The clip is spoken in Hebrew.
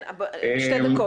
שתי דקות,